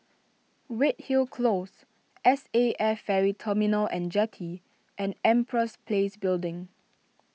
Redhill Close S A F Ferry Terminal and Jetty and Empress Place Building